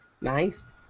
Nice